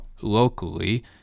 locally